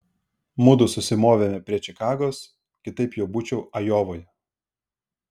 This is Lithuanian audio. mudu susimovėme prie čikagos kitaip jau būčiau ajovoje